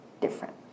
different